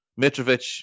Mitrovic